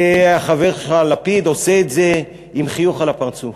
והחבר שלך, לפיד, עושה את זה עם חיוך על הפרצוף.